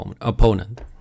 opponent